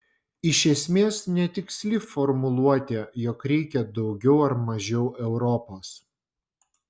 iš esmės netiksli formuluotė jog reikia daugiau ar mažiau europos